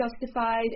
justified